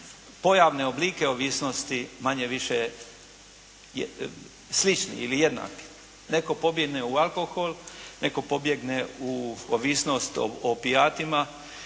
pojavne oblike ovisnosti manje-više slični ili jednaki. Neko pobjegne u alkohol, netko pobjegne u ovisnost o opijatima,